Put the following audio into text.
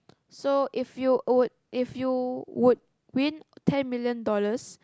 so if you would if you would win ten million dollars